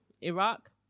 Iraq